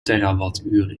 terawattuur